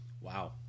Wow